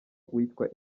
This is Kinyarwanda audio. uwitwa